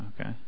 Okay